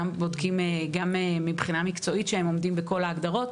אנחנו בודקים גם מבחינה מקצועית שהם עומדים בכל ההגדרות,